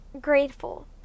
grateful